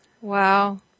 Wow